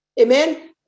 Amen